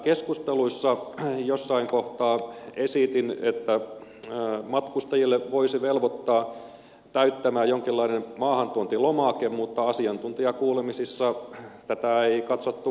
keskusteluissa jossain kohtaa esitin että matkustajia voisi velvoittaa täyttämään jonkinlaisen maahantuontilomakkeen mutta asiantuntijakuulemisissa tätä ei katsottu mahdolliseksi